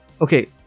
Okay